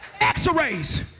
X-rays